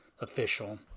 official